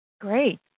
Great